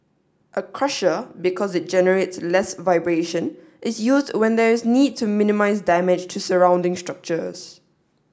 a crusher because it generates less vibration is used when there is a need to minimise damage to surrounding structures